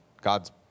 God's